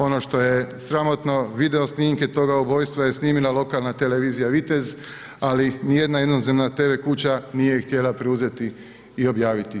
Ono što je sramotno, video snimke toga ubojstva je snimila lokalne televizija Vitez, ali nijedna inozemna TV kuća nije ih htjela preuzeti i objaviti.